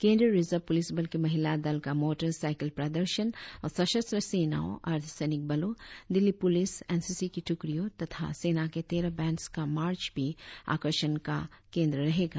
केंद्रीय reserve police बल के महिला दल का मोटर साइकिल प्रदर्शन और सशस्त्र सेनाओं अर्धसैनिक बलों दिल्ली पुलिस एनसीसी की ट्रकड़ियों तथा सेना के तेरह बैंड़स का मार्च भी आकर्षण का केंद्र रहेगा